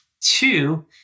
Two